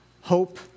Hope